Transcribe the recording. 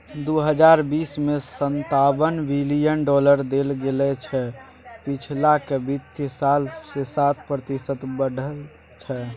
दुइ हजार बीस में सनतावन बिलियन डॉलर देल गेले जे पिछलका वित्तीय साल से सात प्रतिशत बढ़ल छै